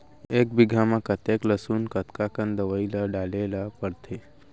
एक बीघा में कतेक लहसुन कतका कन दवई ल डाले ल पड़थे?